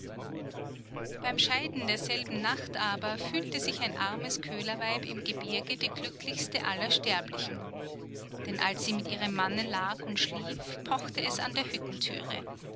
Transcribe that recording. beim scheiden derselben nacht aber fühlte sich ein armes köhlerweib im gebirge die glücklichste aller sterblichen denn als sie mit ihrem manne lag und schlief pochte es an der